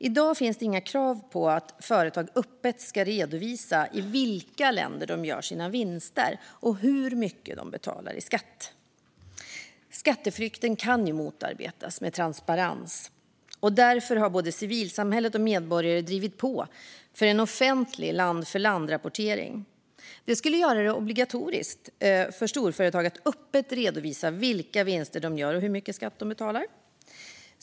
I dag finns det inga krav på att företag öppet ska redovisa i vilka länder de gör sina vinster och hur mycket de betalar i skatt. Skatteflykten kan motarbetas med transparens. Därför har både civilsamhället och medborgare drivit på för en offentlig land-för-land-rapportering. Det skulle göra det obligatoriskt för storföretag att öppet redovisa vilka vinster de gör och hur mycket skatt de betalar.